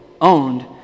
owned